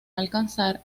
alcanzar